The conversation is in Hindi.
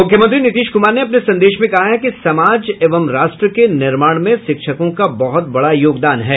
मुख्यमंत्री नीतीश कुमार ने अपने संदेश में कहा है कि समाज एवं राष्ट्र के निर्माण में शिक्षकों का बहुत बड़ा योगदान है